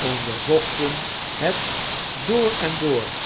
onderzochten het door en door